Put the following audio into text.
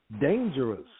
dangerous